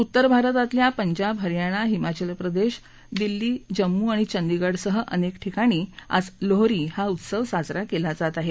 उत्तर भारतातल्या पंजाब हरियाणा हिमाचल प्रदेश दिल्ली जम्मू आणि चंदिगडसह अनेक ठिकाणी आज लोहरी हा उत्सव साजरा केला जात आहे